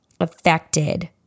affected